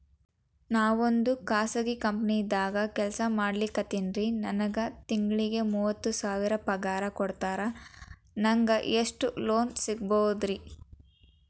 ನಾವೊಂದು ಖಾಸಗಿ ಕಂಪನಿದಾಗ ಕೆಲ್ಸ ಮಾಡ್ಲಿಕತ್ತಿನ್ರಿ, ನನಗೆ ತಿಂಗಳ ಮೂವತ್ತು ಸಾವಿರ ಪಗಾರ್ ಕೊಡ್ತಾರ, ನಂಗ್ ಎಷ್ಟು ಲೋನ್ ಸಿಗಬೋದ ರಿ?